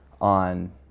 on